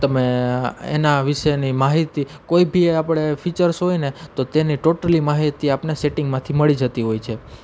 તમે એના વિશેની માહિતી કોઈ બી આપણે ફીચર્સ હોયને તો તેની ટોટલી માહિતી આપને સેટિંગમાંથી મળી જતી હોય છે